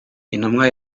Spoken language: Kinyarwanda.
intumwa